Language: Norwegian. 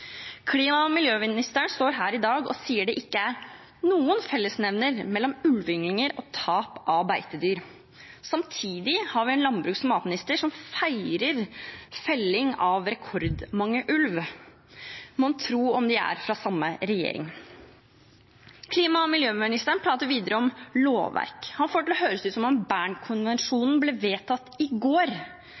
Klima- og miljøministeren står her i dag og sier at det ikke er noen fellesnevner mellom ulveynglinger og tap av beitedyr. Samtidig har vi en landbruks- og matminister som feirer felling av rekordmange ulv. Mon tro om de er fra samme regjering! Klima- og miljøministeren prater videre om lovverk. Han får det til å høres ut som om Bernkonvensjonen ble vedtatt i går